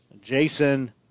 Jason